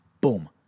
Boom